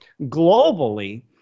globally